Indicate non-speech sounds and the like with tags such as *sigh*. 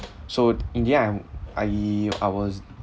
so *noise* in the end I I I was